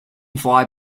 fly